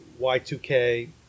Y2K